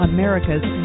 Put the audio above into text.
America's